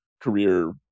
career